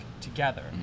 together